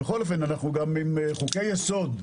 בכל אופן, אנחנו גם עם חוקי יסוד.